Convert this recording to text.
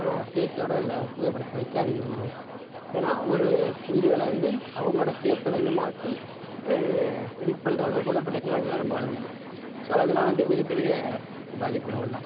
face ஓட உள்ள புகைபடத்தை வைக்காதிங்க ஏன்னா ஒரு மீடியாவில வந்து அவங்களோட ஃபேஸில் வந்து மாற்றி எடிட் பண்ற அளவுக்கு கூட இப்போ டெக்னாலஜிலாம் ரொம்ப வளர்ந்துட்டு ஸோ அதெலாம் வந்து மிக பெரிய பாதிப்பு வரலாம்